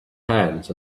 hands